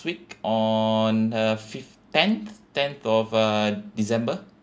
week on uh fifth tenth tenth of uh december